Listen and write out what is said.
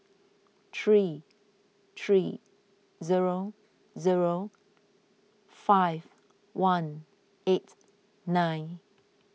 three three zero zero five one eight nine